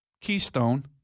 Keystone